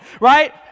right